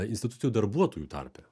institucijų darbuotojų tarpe